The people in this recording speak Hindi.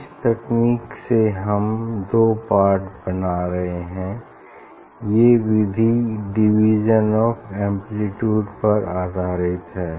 इस तकनीक से हम दो पार्ट बना रहे हैं ये विधि डिवीज़न ऑफ़ एम्प्लीट्यूड पर आधारित है